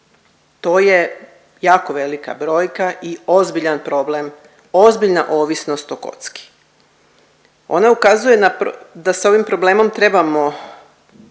to je jako velika brojka i ozbiljan problem, ozbiljna ovisnost o kocki. Ona ukazuje da se ovim problemom trebamo